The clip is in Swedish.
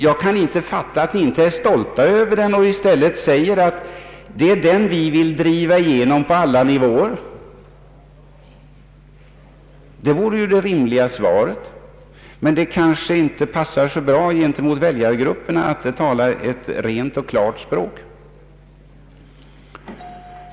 Jag kan inte fatta att ni inte är stolta över den och i stället säger att det är den ni vill driva igenom på alla nivåer. Detta vore ju det rimliga svaret; men det kanske inte passar så bra gentemot väljargrupperna att tala ett rent och klart språk.